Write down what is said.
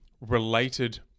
related